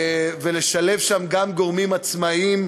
ולשלב שם גם גורמים עצמאים,